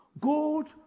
gold